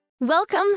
Welcome